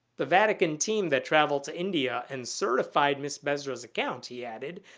the vatican team that traveled to india and certified ms. besra's account, he added,